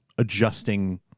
Adjusting